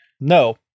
No